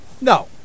No